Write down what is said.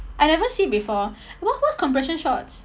I never see before what what's compression shorts